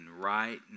right